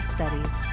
Studies